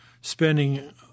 spending